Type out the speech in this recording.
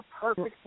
perfect